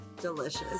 delicious